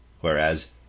whereas